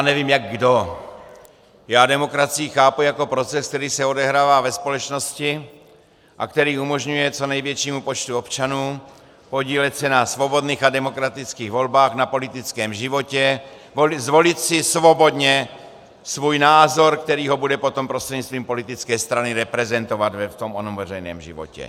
Nevím jak kdo, já demokracii chápu jako proces, který se odehrává ve společnosti a který umožňuje co největšímu počtu občanů podílet se na svobodných a demokratických volbách, na politickém životě, zvolit si svobodně svůj názor, který ho bude potom prostřednictvím politické strany reprezentovat v tom onom veřejném životě.